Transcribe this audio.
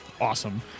awesome